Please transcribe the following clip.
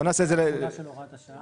נבדוק גם את זה.